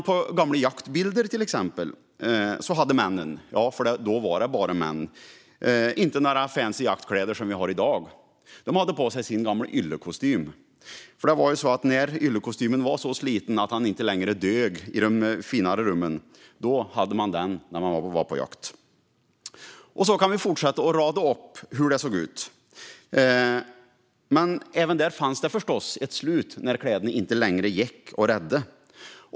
På gamla jaktbilder ser man att männen - för då var det bara män - inte hade några fancy jaktkläder som vi har i dag. De hade på sig sin gamla yllekostym. När yllekostymen var så sliten att den inte längre dög i de finare rummen hade man den när man var på jakt. Så kan vi fortsätta att rada upp hur det såg ut. Men även då fanns det förstås ett slut när kläderna inte längre gick att rädda.